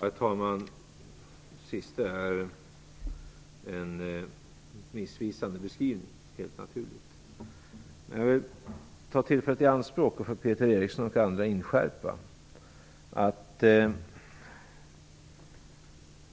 Herr talman! Det sistnämnda är helt naturligt en missvisande beskrivning. Men jag vill ta tillfället i anspråk att för Peter Eriksson och andra inskärpa att det